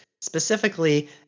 specifically